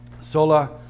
Sola